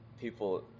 people